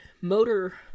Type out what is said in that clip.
motor